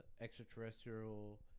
extraterrestrial –